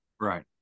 Right